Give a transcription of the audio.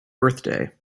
birthday